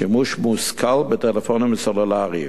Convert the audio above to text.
שימוש מושכל בטלפונים סלולריים: